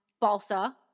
balsa